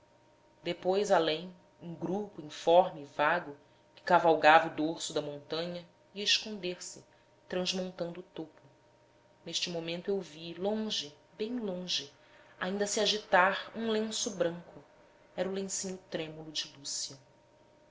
depois além um grupo informe e vago que cavalgava o dorso da montanha ia esconder-se transmontando o topo neste momento eu vi longe bem longe ainda se agitar um lenço branco era o lencinho tremulo de lúcia